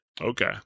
Okay